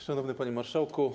Szanowny Panie Marszałku!